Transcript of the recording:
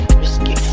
whiskey